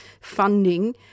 funding